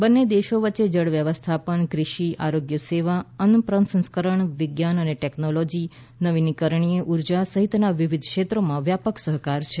બંને દેશો વચ્ચે જળ વ્યવસ્થાપન ક્રષિ આરોગ્ય સેવા અન્ન પ્રસંસ્કરણ વિજ્ઞાન અને ટેકનૉલોજી નવીનીકરણીય ઉર્જા સહિતના વિવિધ ક્ષેત્રોમાં વ્યાપક સહકાર છે